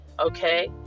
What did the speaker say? okay